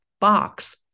box